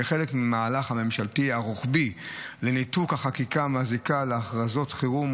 וכחלק ממהלך הממשלתי הרוחבי לניתוק החקיקה מהזיקה להכרזות חירום,